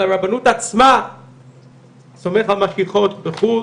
אלא הרבנות עצמה סומכת על משגיחות בחו"ל